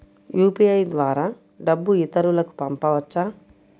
UPI ద్వారా డబ్బు ఇతరులకు పంపవచ్చ?